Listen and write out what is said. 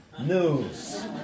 news